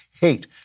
hate